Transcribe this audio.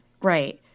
Right